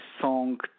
song